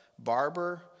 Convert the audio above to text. barber